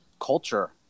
culture